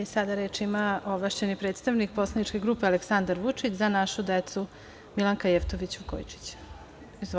Sada reč ima ovlašćeni predstavnik Poslaničke grupe Aleksandar Vučić – Za našu decu, Milanka Jevtović Vukojičić.